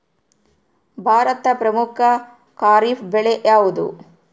ಭಾರತದ ಪ್ರಮುಖ ಖಾರೇಫ್ ಬೆಳೆ ಯಾವುದು?